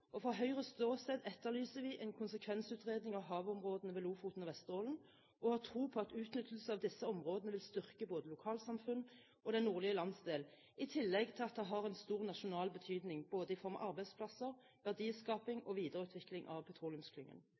og fra Høyres ståsted etterlyser vi en konsekvensutredning av havområdene ved Lofoten og Vesterålen og har tro på at en utnyttelse av disse områdene vil styrke både lokalsamfunn og den nordlige landsdel, i tillegg til at det har en stor nasjonal betydning både i form av arbeidsplasser, verdiskaping og videreutvikling av petroleumsklyngen.